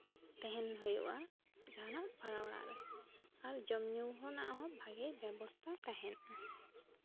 ᱛᱟᱦᱮᱱ ᱦᱩᱭᱩᱜᱼᱟ ᱡᱟᱦᱟᱱᱟᱜ ᱵᱷᱟᱲᱟ ᱚᱲᱟᱜ ᱨᱮ ᱟᱨ ᱡᱚᱢ ᱧᱩ ᱨᱮᱱᱟᱜ ᱦᱚᱸ ᱵᱷᱟᱜᱮ ᱵᱮᱵᱚᱥᱛᱷᱟ ᱛᱟᱦᱮᱱᱟ